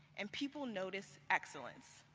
and people notice excellence.